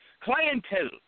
Clientele